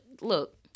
Look